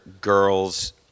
girls